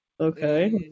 okay